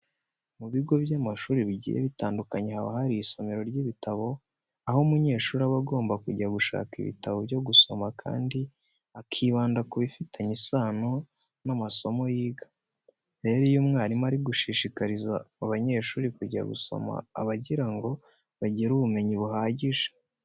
Mu bigo by'amashuri bigiye bitandukanye haba hari isomero ry'ibitabo, aho umunyeshuri aba agomba kujya gushaka ibitabo byo gusoma kandi akibanda ku bifitanye isano n'amasomo yiga. Rero iyo umwarimu ari gushishikariza abanyeshuri kujya gusoma aba agira ngo bagire ubumenyi buhagije.